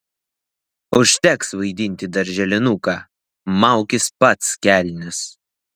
užteks vaidinti darželinuką maukis pats kelnes